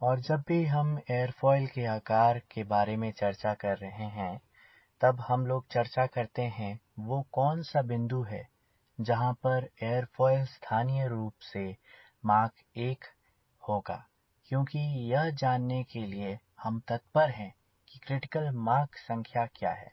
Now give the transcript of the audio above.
और जब भी हम एरोफॉइल के आकार के बारे में चर्चा कर रहे हैं तब हम लोग चर्चा करते हैं वह कौन सा बिंदु है जहाँ पर एरोफॉइल स्थानीय रूप से मॉक 1 होगा क्योंकि यह जानने के लिए हम तत्पर हैं कि क्रिटिकल मॉक संख्या क्या है